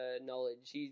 knowledge